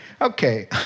okay